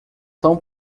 tão